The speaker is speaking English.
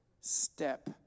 step